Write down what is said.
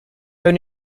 own